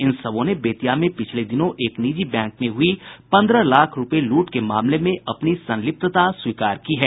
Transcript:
इन सबों ने बेतिया में पिछले दिनों एक निजी बैंक में हुई पंद्रह लाख रूपये लूट के मामले में अपनी संलिप्तता स्वीकार की है